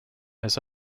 his